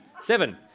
seven